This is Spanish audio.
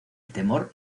temor